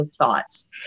thoughts